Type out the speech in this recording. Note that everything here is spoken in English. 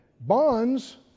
Bonds